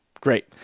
Great